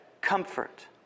Comfort